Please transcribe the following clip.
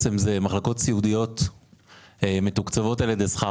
מחלקות סיעודיות מתוקצבות על ידי שכר